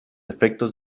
efectos